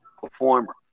performer